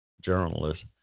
journalist